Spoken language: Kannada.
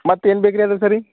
ಮತ್ತು ಏನು ಬೇಕು ರೀ ಅದ್ರ ಸರಿ